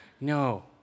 No